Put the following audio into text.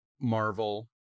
marvel